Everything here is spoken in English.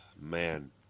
man